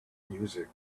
music